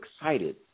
excited